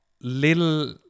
little